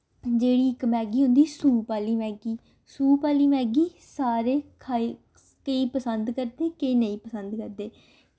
जेह्ड़ी इक मैगी होंदी सूप आह्ली मैगी सूप आह्ली मैगी सारे खाई केईं पसंद करदे केईं नेईं पसंद करदे